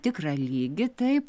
tikrą lygį taip